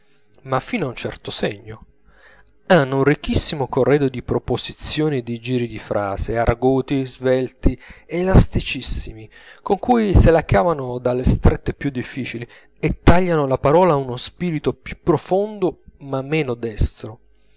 ma fino a un certo segno hanno un ricchissimo corredo di proposizioni e di giri di frase arguti svelti elasticissimi con cui se la cavano dalle strette più difficili e tagliano la parola a uno spirito più profondo ma meno destro